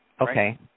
Okay